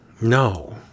No